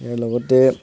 ইয়াৰ লগতে